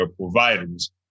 providers